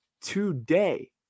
today